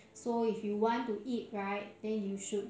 so if you want to eat right then you should